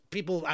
People